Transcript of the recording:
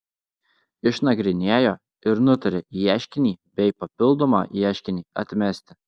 išnagrinėjo ir nutarė ieškinį bei papildomą ieškinį atmesti